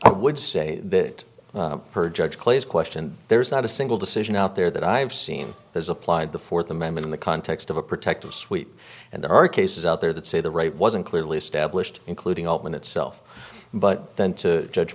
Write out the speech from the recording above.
i would say that per judge clay's question there's not a single decision out there that i've seen has applied the fourth amendment in the context of a protective suite and there are cases out there that say the right wasn't clearly established including open itself but then to judge